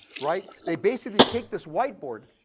right? they basically take this white board